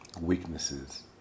weaknesses